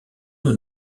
nous